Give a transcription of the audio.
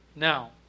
Now